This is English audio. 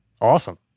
Awesome